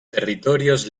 territorios